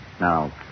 Now